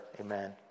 Amen